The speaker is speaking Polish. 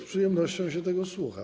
Z przyjemnością się tego słucha.